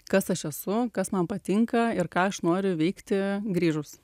kas aš esu kas man patinka ir ką aš noriu veikti grįžus